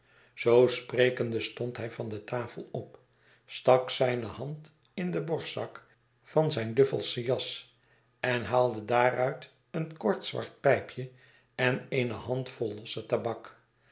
zoo sprekende stond hij van de tafel op stak zijne hand in den borstzak van zijn duffelschen jas en haalde daaruit een kort zwart pijpje en eene handvol losse tabak